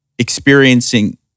experiencing